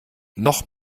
noch